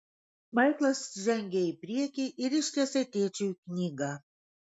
maiklas žengė į priekį ir ištiesė tėčiui knygą